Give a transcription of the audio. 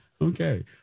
okay